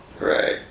Right